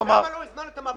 למה לא הזמנתם אותם לוועדה?